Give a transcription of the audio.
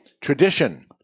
tradition